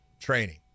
training